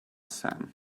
son